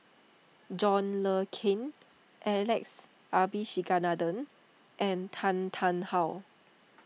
John Le Cain Alex Abisheganaden and Tan Tarn How